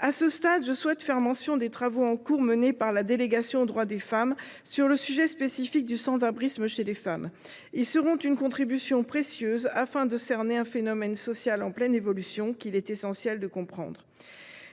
À ce stade, je souhaite faire mention des travaux en cours menés par la délégation aux droits des femmes sur le sujet spécifique du sans abrisme chez ces dernières. Ils seront une contribution précieuse afin de cerner un phénomène social en pleine évolution et qu’il est essentiel de comprendre.